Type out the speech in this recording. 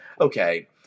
okay